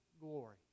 glory